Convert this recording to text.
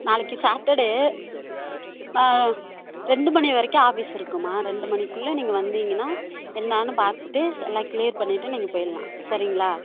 நாளைக்கு சாட்டர்டே ரெண்டு மணி வரைக்கும் ஆஃபீஸ் இருக்கும்மா ரெண்டு மணிக்குள்ளே நீங்கள் வந்தீங்கன்னா என்னான்று பார்த்துட்டு எல்லாம் கிளியர் பண்ணிவிட்டு நீங்கள் போயிடலாம் சரிங்களா